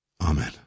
Amen